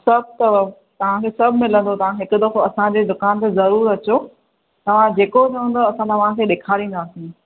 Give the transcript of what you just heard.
सभु अथव तव्हांखे सभु मिलंदो तव्हांखे हिकु दफ़ो असांजे दुकान ते ज़रूरु अचो तव्हां जेको चवंदव असां तव्हांखे देखारींदासीं